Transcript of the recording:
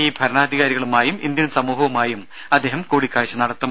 E ഭരണാധികാരികളുമായും Indian സമൂഹവുമായും അദ്ദേഹം കൂടിക്കാഴ്ച നടത്തും